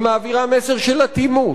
היא מעבירה מסר של אטימות,